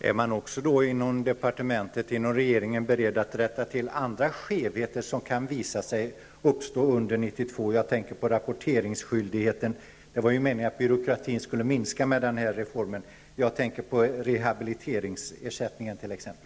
Fru talman! Är man inom regeringen beredd att rätta till också andra skevheter som kan visa sig uppstå under 1992? Jag tänker då på t.ex. rapporteringsskyldigheten och rehabiliteringsersättningen. Det var ju meningen att byråkratin skulle minska genom den här reformen.